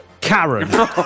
Karen